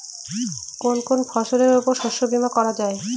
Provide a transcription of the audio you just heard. কোন কোন ফসলের উপর শস্য বীমা করা যায়?